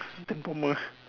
ten former